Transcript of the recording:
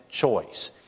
choice